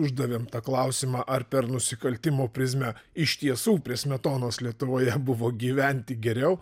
uždavėm klausimą ar per nusikaltimo prizmę iš tiesų prie smetonos lietuvoje buvo gyventi geriau